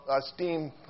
steam